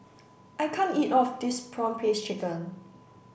I can't eat of this prawn paste chicken